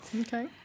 Okay